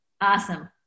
Awesome